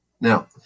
now